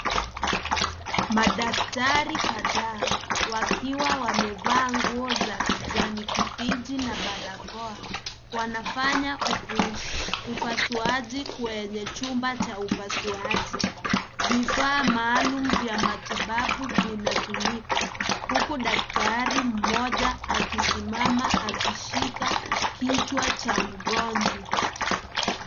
Madaktari kadhaa, wakiwa wamevaa nguo za kijani kibichi na barakoa, wanafanya upasuaji kwenye chumba cha upasuaji. Vifaa maalum vya matibabu vinatumika, huku daktari mmoja akisimama akishika kichwa cha mgonjwa.